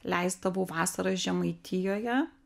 leisdavau vasarą žemaitijoje